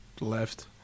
left